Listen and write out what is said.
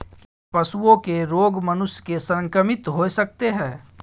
की पशुओं के रोग मनुष्य के संक्रमित होय सकते है?